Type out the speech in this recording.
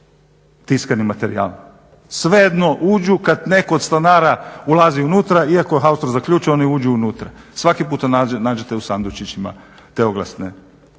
tiskani materijal, svejedno uđu kad netko od stanara ulazi unutra, iako je haustor zaključan oni uđu unutra, svaki puta nađete u sandučićima te oglasne